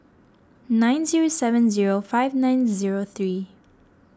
nine zero seven zero five nine zero three